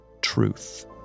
truth